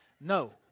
no